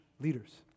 leaders